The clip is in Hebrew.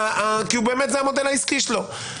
כי זה המודל העסקי שלו.